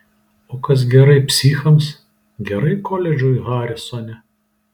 o kas gerai psichams gerai koledžui harisone